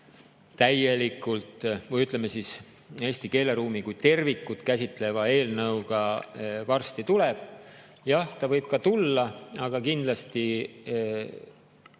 laiaulatusliku või, ütleme siis, eesti keeleruumi kui tervikut käsitleva eelnõuga varsti tuleb. Jah, ta võib tulla, aga kindlasti